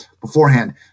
beforehand